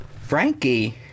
Frankie